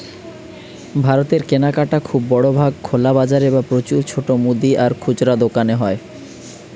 ভারতের কেনাকাটা খুব বড় ভাগ খোলা বাজারে বা প্রচুর ছোট মুদি আর খুচরা দোকানে হয়